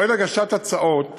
מועד הגשת ההצעות